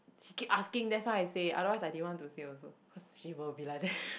she keep asking that's why I say otherwise I didn't want to say also cause she will be like that